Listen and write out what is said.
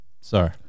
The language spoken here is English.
Sorry